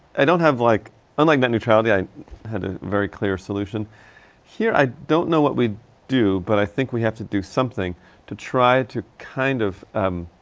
i don't have like unlike net neutrality, i had a very clear solution here, i don't know what we do, but i think we have to do something to try to kind of um.